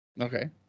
Okay